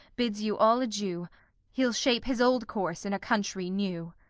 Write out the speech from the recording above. bids you all adieu he'll shape his old course in a country new.